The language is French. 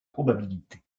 probabilités